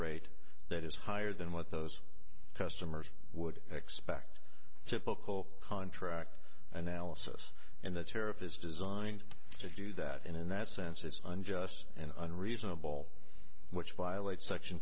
rate that is higher than what those customers would expect typical contract analysis and the tariff is designed to do that and in that sense it's unjust and unreasonable which violates section